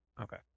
Okay